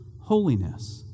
holiness